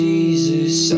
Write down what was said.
Jesus